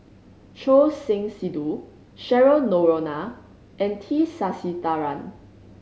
Choor Singh Sidhu Cheryl Noronha and T Sasitharan